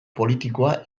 politikoa